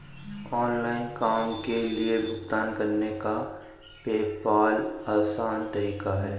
online काम के लिए भुगतान करने का पेपॉल आसान तरीका है